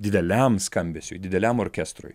dideliam skambesiui dideliam orkestrui